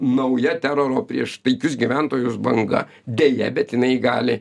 nauja teroro prieš taikius gyventojus banga deja bet jinai gali